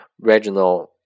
Regional